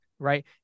Right